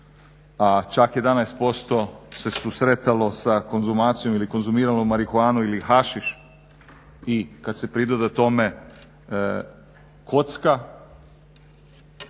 a čak 11% se susretalo sa konzumacijom ili konzumiralo marihuanu ili hašiš i kad se pridoda tome kocka,